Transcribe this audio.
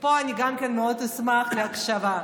פה אני אשמח להקשבה.